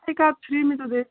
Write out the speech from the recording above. हाँ एक आध फ्री में तो दे ही देंगे